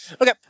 Okay